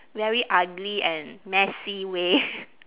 very ugly and messy way